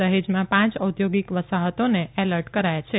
દહેજમાં પાંચ ઔદ્યોગીક વસાહતોને એલર્ટ કરાયા છે